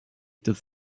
does